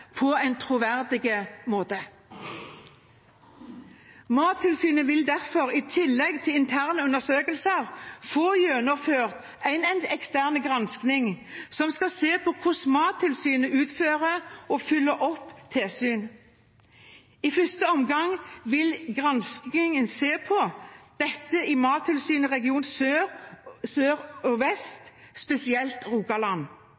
på dette spørsmålet på en troverdig måte. Mattilsynet vil derfor, i tillegg til interne undersøkelser, få gjennomført en ekstern gransking som skal se på hvordan Mattilsynet utfører og følger opp tilsyn. I første omgang vil granskingen se på dette i Mattilsynets region sør og